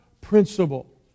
principle